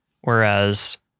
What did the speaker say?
whereas